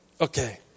Okay